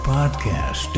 podcast